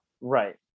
Right